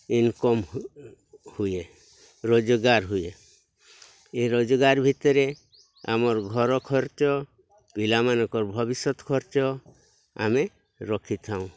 income ହୁଏ ରୋଜଗାର ହୁଏ ଏ ରୋଜଗାର ଭିତରେ ଆମର ଘର ଖର୍ଚ୍ଚ ପିଲାମାନଙ୍କର ଭବିଷ୍ୟତ ଖର୍ଚ୍ଚ ଆମେ ରଖିଥାଉଁ